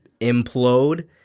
implode